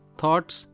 thoughts